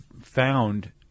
found